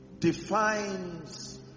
defines